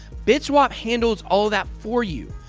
bitswap handles all that for you.